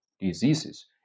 diseases